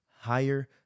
higher